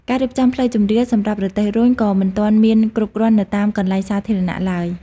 ការរៀបចំផ្លូវជម្រាលសម្រាប់រទេះរុញក៏មិនទាន់មានគ្រប់គ្រាន់នៅតាមកន្លែងសាធារណៈឡើយ។